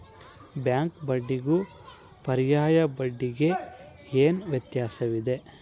Bank ಬಡ್ಡಿಗೂ ಪರ್ಯಾಯ ಬಡ್ಡಿಗೆ ಏನು ವ್ಯತ್ಯಾಸವಿದೆ?